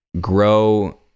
grow